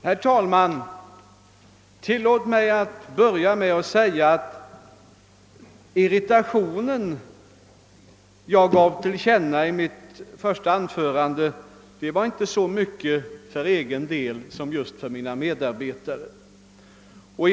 Herr talman! Tillåt mig att börja med att säga att den irritation jag gav till känna i mitt förra anförande var inte så mycket för egen del som för medarbetare i utredningen.